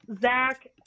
Zach